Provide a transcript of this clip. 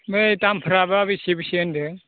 ओमफ्राय दामफ्राबा बेसे बेसे होनदों